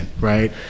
right